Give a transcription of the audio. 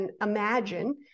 imagine